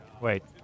wait